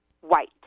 white